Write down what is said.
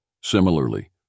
Similarly